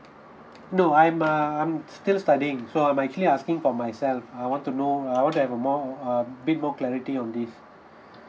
no I'm err I'm still studying so I'm actually asking for myself I want to know I want to have err more a bit more clarity on this